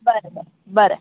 बरें बरें बरें